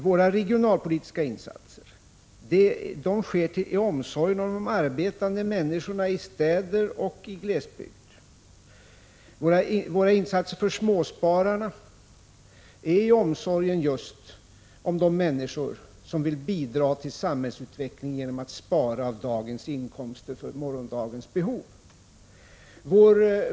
Våra regionalpolitiska insatser görs av omsorg om de arbetande människorna i städer och i glesbygder. Våra insatser för småspararna görs just av omsorg om de människor som vill bidra till samhällsutvecklingen genom att spara av dagens inkomster för morgondagens behov.